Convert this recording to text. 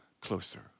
closer